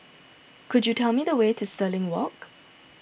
could you tell me the way to Stirling Walk